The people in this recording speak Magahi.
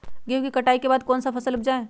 गेंहू के कटाई के बाद कौन सा फसल उप जाए?